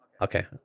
okay